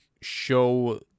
show